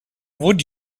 would